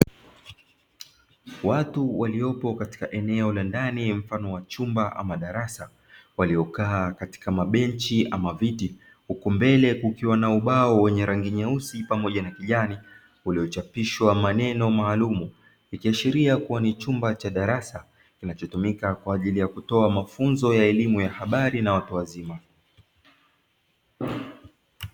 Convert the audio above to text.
Watu waliopo katika eneo la ndani mfano wa chumba ama darasa, waliokaa katika mabenchi ama viti, huku mbele kukiwa na ubao wenye rangi nyeusi pamoja na kijani, uliochapishwa maneno maalumu; ikiashiria kuwa ni chumba cha darasa kinachotumika kwa ajili ya kutoa mafunzo ya elimu ya habari na watu wazima.